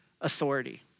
authority